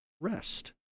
rest